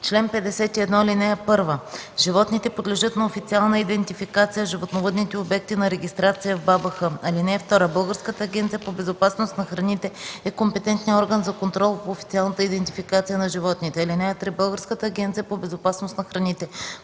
„Чл. 51. (1) Животните подлежат на официална идентификация, а животновъдните обекти – на регистрация в БАБХ. (2) Българската агенция по безопасност на храните е компетентният орган за контрол по официалната идентификация на животните. (3) Българската агенция по безопасност на храните